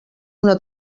una